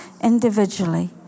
individually